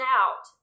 out